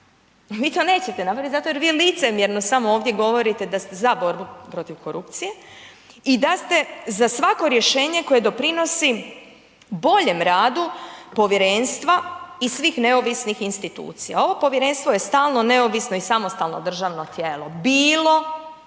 vi to nećete napraviti zato jer vi licemjerno samo ovdje govorite da ste za borbu protiv korupcije i da ste za svako rješenje koje doprinosi boljem radu povjerenstva i svih neovisnih institucija. Ovo povjerenstvo je stalno neovisno i samostalno državno tijelo bilo,